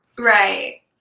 Right